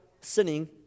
sinning